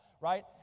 right